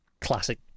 classic